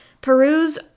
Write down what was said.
peru's